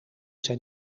zijn